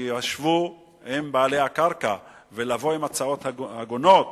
שישבו עם בעלי הקרקע, ויבואו עם הצעות הגונות